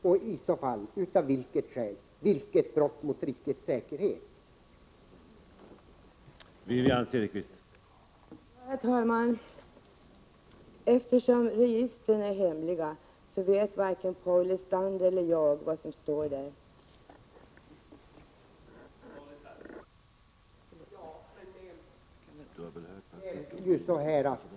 Om jag är det undrar jag av vilket skäl och vilket brott mot rikets säkerhet jag har begått.